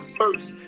first